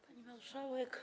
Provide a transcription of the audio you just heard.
Pani Marszałek!